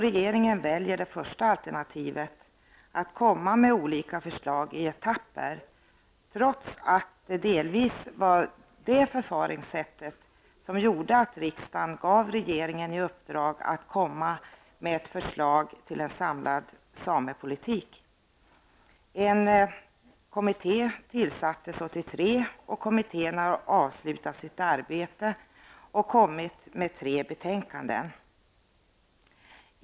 Regeringen väljer det första alternativet, att komma med olika förslag i etapper trots att det delvis just var det förfaringssättet som gjorde att riksdagen gav regeringen i uppdrag att komma med ett förslag till en samlad samepolitik. En kommitté tillsattes 1983. Kommittén har avslutat sitt arbete och avgivit tre betänkanden.